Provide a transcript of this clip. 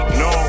no